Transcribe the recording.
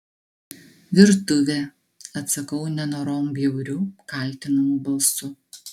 virtuvė atsakau nenorom bjauriu kaltinamu balsu